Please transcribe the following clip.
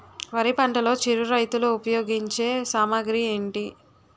వరి పంటలో చిరు రైతులు ఉపయోగించే సామాగ్రి ఏంటి?